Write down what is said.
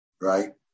right